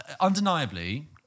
undeniably